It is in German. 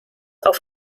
auf